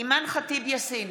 אימאן ח'טיב יאסין,